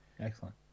Excellent